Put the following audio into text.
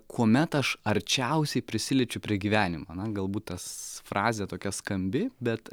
kuomet aš arčiausiai prisiliečiu prie gyvenimo na galbūt tas frazė tokia skambi bet